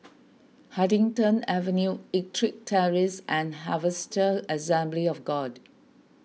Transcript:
Huddington Avenue Ettrick Terrace and Harvester Assembly of God